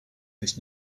this